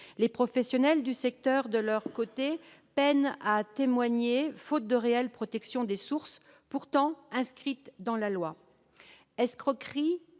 les professionnels du secteur peinent à témoigner, faute d'une réelle protection des sources, pourtant inscrite dans la loi.